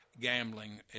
gambling